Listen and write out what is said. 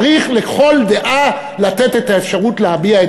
צריך לתת לכל דעה את האפשרות להישמע.